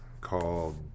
called